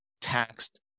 taxed